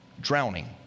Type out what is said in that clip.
drowning